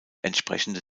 entsprechende